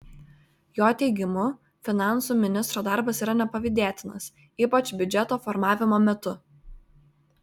jo teigimu finansų ministro darbas yra nepavydėtinas ypač biudžeto formavimo metu